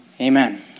Amen